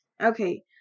Okay